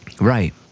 Right